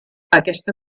aquesta